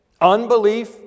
unbelief